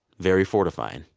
very fortifying